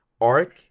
arc